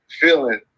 feeling